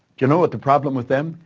do you know what the problem with them?